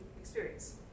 experience